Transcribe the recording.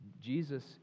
Jesus